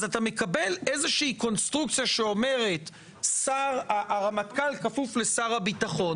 אז אתה מקבל איזושהי קונסטרוקציה שאומרת שהרמטכ"ל כפוף לשר הביטחון.